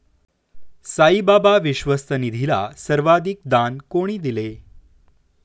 साईबाबा विश्वस्त निधीला सर्वाधिक दान कोणी दिले?